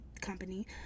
company